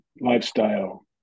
Lifestyle